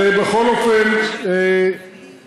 אז בכל אופן תעבירו.